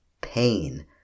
pain